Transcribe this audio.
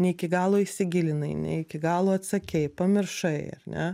ne iki galo įsigilinai ne iki galo atsakei pamiršai ar ne